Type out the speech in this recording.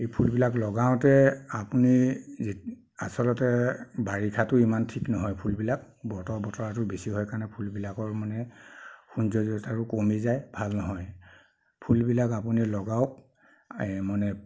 এই ফুলবিলাক লগাওতে আপুনি যি আচলতে বাৰিষাটো ইমান ঠিক নহয় ফুলবিলাক বতৰ বতৰাটো বেছি হয় কাৰণে ফুলবিলাকৰ মানে সৌন্দৰ্যতাটো কমি যায় ভাল নহয় ফুলবিলাক আপুনি লগাওক এই মানে